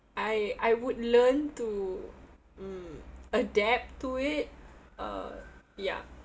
I I would learn to mm adapt to it uh ya